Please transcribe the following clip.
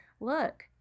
look